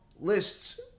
lists